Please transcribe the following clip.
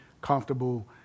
comfortable